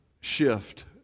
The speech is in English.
shift